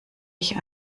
ich